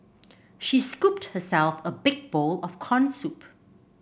she scooped herself a big bowl of corn soup